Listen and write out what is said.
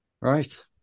Right